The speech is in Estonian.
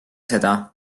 seda